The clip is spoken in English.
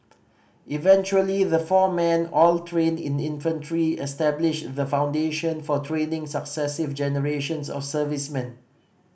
eventually the four men all trained in infantry established the foundation for training successive generations of servicemen